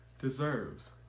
deserves